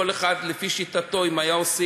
כל אחד לפי שיטתו אם היה עושה,